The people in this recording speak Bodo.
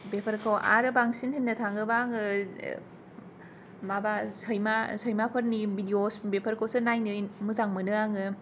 बेफोरखौ आरो बांसिन होननो थाङोबा आङो माबा सैमा सैमाफोरनि भिदिअस बेफोरखौसो नायनो मोजां मोनो आङो